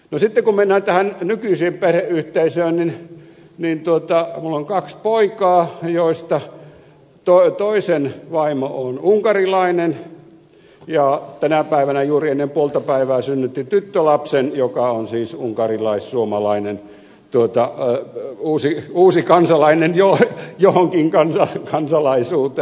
sitten kun mennään tähän nykyiseen perheyhteisöön niin minulla on kaksi poikaa joista toisen vaimo on unkarilainen ja tänä päivänä juuri ennen puoltapäivää synnytti tyttölapsen joka on siis unkarilais suomalainen uusi kansalainen johonkin kansalaisuuteen lukeutuva